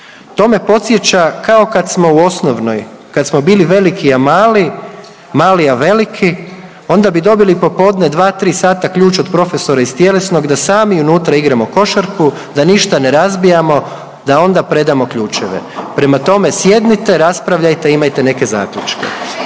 To me podsjeća, kao kad smo u osnovnoj, kad smo bili veliki, a mali, mali, a veliki, onda bi dobili popodne 2, 3 sata ključ od profesora iz tjelesnog da sami unutra igramo košarku, da ništa ne razbijamo, da onda predamo ključeve. Prema tome, sjednite, raspravljajte i imajte neke zaključke.